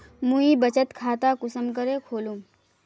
मुई बचत खता कुंसम करे खोलुम?